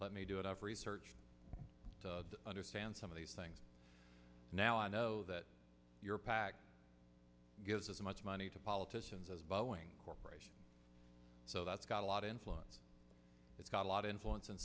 let me do it i've researched to understand some of these things now i know that your pac gives as much money to politicians as boeing corporation so that's got a lot of influence it's got a lot of influence in